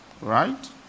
right